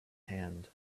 hand